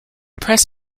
press